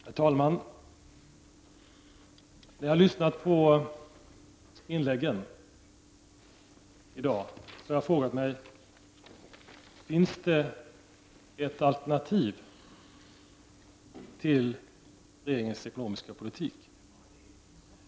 Herr talman! När jag har lyssnat på inläggen i dag har jag frågat mig: Finns det ett alternativ till regeringens ekonomiska politik?